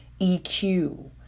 EQ